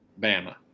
Bama